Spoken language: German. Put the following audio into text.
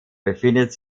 befindet